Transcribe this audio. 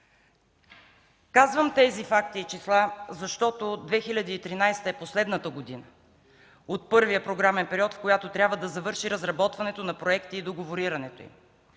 Казвам тези факти и числа, защото 2013 е последната година от първия програмен период, когато трябва да завърши разработването на проекти и договарянето им.